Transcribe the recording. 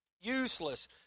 useless